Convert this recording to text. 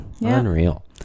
unreal